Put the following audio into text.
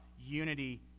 unity